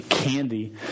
Candy